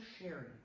sharing